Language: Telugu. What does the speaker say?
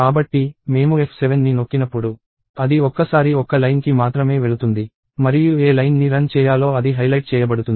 కాబట్టి మేము F7ని నొక్కినప్పుడు అది ఒక్కసారి ఒక్క లైన్కి మాత్రమే వెళుతుంది మరియు ఏ లైన్ ని రన్ చేయాలో అది హైలైట్ చేయబడుతుంది